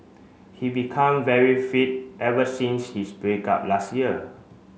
he become very fit ever since his break up last year